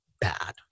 bad